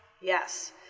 Yes